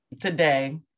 today